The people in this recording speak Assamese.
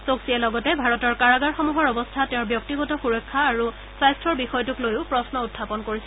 চৌকছিয়ে লগতে ভাৰতৰ কাৰাগাৰসমূহৰ অৱস্থা তেওঁৰ ব্যক্তিগত সুৰক্ষা আৰু স্বাস্থ্যৰ বিষয়টোক লৈয়ো প্ৰশ্ন উখাপন কৰিছে